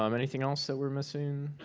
um anything else that we're missing?